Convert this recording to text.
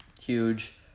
huge